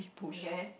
okay